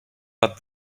but